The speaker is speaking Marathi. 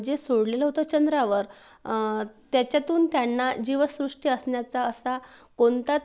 जे सोडलेलं होतं चंद्रावर त्याच्यातून त्यांना जीवसृष्टी असण्याचा असा कोणताच